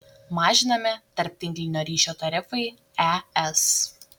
mažinami tarptinklinio ryšio tarifai es